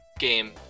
game